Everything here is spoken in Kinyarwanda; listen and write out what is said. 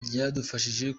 byadufashije